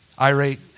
irate